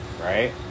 Right